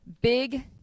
big